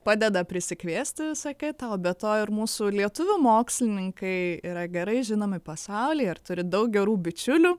padeda prisikviesti visa kita o be to ir mūsų lietuvių mokslininkai yra gerai žinomi pasaulyje ir turi daug gerų bičiulių